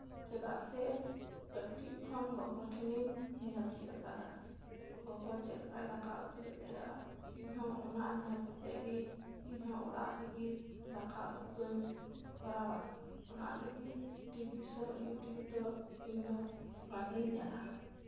ᱪᱮᱫᱟᱜ ᱥᱮ ᱠᱟᱹᱴᱤᱡ ᱠᱷᱚᱱ ᱜᱚᱜᱚ ᱴᱷᱮᱱᱤᱧ ᱧᱮᱞ ᱪᱮᱫ ᱟᱠᱟᱫᱟ ᱜᱚᱜᱚ ᱪᱮᱫ ᱞᱮᱠᱟᱭ ᱫᱟᱠᱟ ᱩᱛᱩᱭᱮᱫ ᱛᱟᱦᱮᱸᱫᱼᱟ ᱤᱧᱦᱚᱸ ᱚᱱᱟ ᱧᱮᱞ ᱠᱟᱛᱮᱜ ᱜᱮ ᱤᱧᱦᱚ ᱚᱲᱟᱜ ᱨᱮᱜᱮ ᱫᱟᱠᱟ ᱩᱛᱩ ᱫᱚᱧ ᱠᱚᱨᱟᱣᱟ ᱚᱱᱟ ᱛᱮᱜᱮ ᱴᱤᱵᱷᱤ ᱥᱳ ᱤᱭᱩᱴᱤᱭᱩᱵᱽ ᱫᱚ ᱤᱧᱫᱚ ᱵᱟᱝᱼᱤᱧ ᱧᱮᱞᱟ